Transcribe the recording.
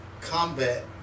combat